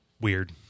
weird